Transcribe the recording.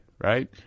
right